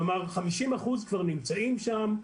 כלומר, 50% כבר נמצאים שם.